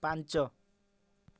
ପାଞ୍ଚ